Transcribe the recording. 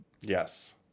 Yes